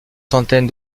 centaine